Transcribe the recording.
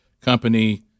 company